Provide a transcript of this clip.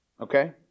Okay